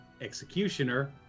executioner